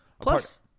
plus